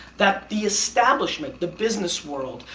that the establishment, the business world,